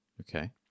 Okay